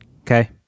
Okay